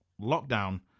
lockdown